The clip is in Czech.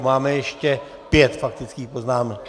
Máme ještě pět faktických poznámek.